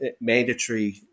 mandatory